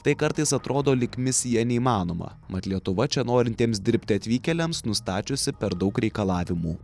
tai kartais atrodo lyg misija neįmanoma mat lietuva čia norintiems dirbti atvykėliams nustačiusi per daug reikalavimų